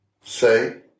say